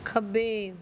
ਖੱਬੇ